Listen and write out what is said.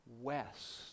west